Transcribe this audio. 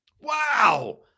Wow